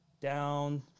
down